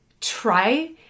try